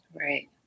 Right